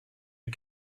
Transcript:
you